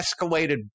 escalated